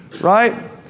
Right